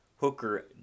Hooker